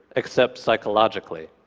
except psychologically.